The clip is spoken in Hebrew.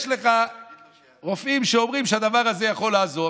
יש לך רופאים שאומרים שהדבר הזה יכול לעזור,